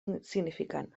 insignificant